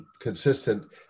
consistent